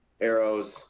arrows